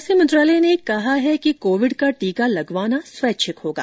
स्वास्थ मंत्रालय ने कहा है कि कोविड का टीका लगवाना स्वैच्छिक होगा